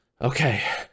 Okay